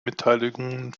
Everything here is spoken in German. mitteilungen